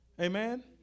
Amen